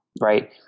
Right